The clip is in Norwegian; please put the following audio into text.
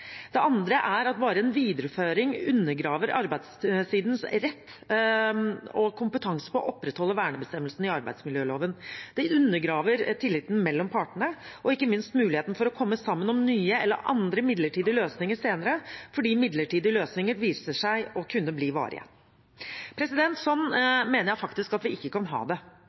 Det andre er at bare en videreføring undergraver arbeidstakersidens rett og kompetanse på å opprettholde vernebestemmelsene i arbeidsmiljøloven. Det undergraver tilliten mellom partene og ikke minst muligheten for å komme sammen om nye eller andre midlertidige løsninger senere, fordi midlertidige løsninger viser seg å kunne bli varige. Sånn mener jeg faktisk at vi ikke kan ha det.